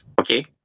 Okay